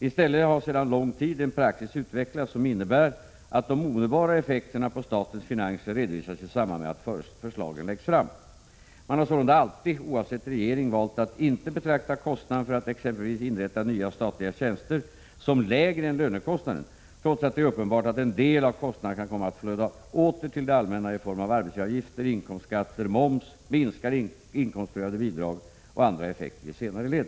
I stället har sedan lång tid en praxis utvecklats, som innebär att de omedelbara effekterna på statens finanser redovisas i samband med att förslagen läggs fram. Man har sålunda alltid — oavsett regering — valt att ej betrakta kostnaden för att exempelvis inrätta nya statliga tjänster som lägre än lönekostnaden trots att det är uppenbart att en del av dessa kostnader kan komma att återflöda till det allmänna i form av arbetsgivaravgifter, inkomstskatter, moms, minskade inkomstprövade bidrag och andra effekter i senare led.